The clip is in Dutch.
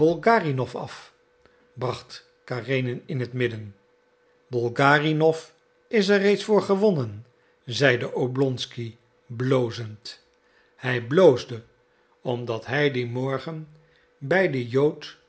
af bracht karenin in het midden bolgarinow is er reeds voor gewonnen zeide oblonsky blozend hij bloosde omdat hij dien morgen bij den jood